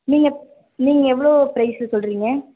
நீங்கள் நீங்கள் எவ்வளோ ப்ரைஸு சொல்கிறிங்க